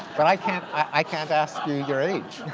but i can't i can't ask you your age.